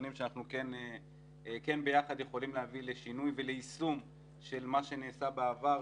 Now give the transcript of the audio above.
הפעוטונים שביחד אני כן יכולים להביא לשינוי וליישום של מה שנעשה בעבר,